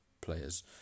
players